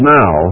now